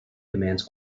commands